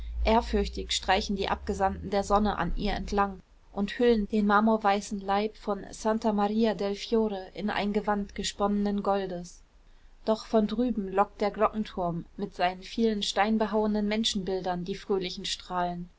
ehrfürchtig streichen die abgesandten der sonne an ihr entlang und hüllen den marmorweißen leib von santa maria del fiore in ein gewand gesponnenen goldes doch von drüben lockt der glockenturm mit seinen vielen steingehauenen menschenbildern die fröhlichen strahlen